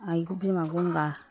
आइखौ बिमा गंगा